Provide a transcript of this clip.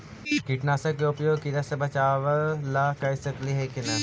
कीटनाशक के उपयोग किड़ा से बचाव ल कर सकली हे की न?